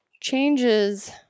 changes